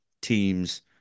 teams